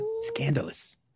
scandalous